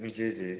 जी जी